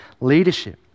leadership